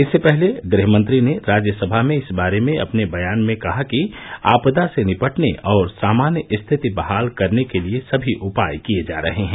इससे पहले गृहमंत्री ने राज्यसभा में इस बारे में अपने बयान में कहा कि आपदा से निपटने और सामान्य स्थिति बहाल करने के लिए सभी उपाय किए जा रहे हैं